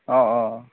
অঁ অঁ অঁ